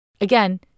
Again